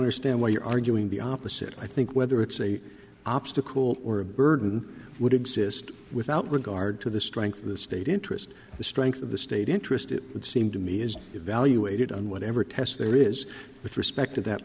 owner stand while you're arguing the opposite i think whether it's a obstacle or a burden would exist without regard to the strength of the state interest and the strength of the state interest it would seem to me is evaluated on whatever test there is with respect to that